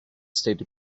steady